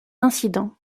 incident